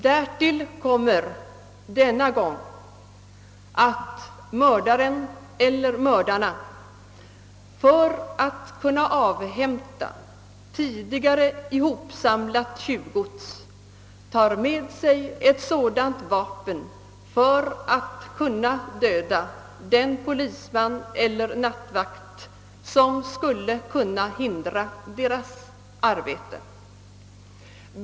Därtill kommer denna gång att mördaren eller mördarna, när de skall avhämta tidigare ihopsamlat tjuvgods, tar med sig ett sådant vapen för att kunna döda den polisman eller nattvakt som skulle kunna hindra deras arbete.